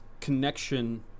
connection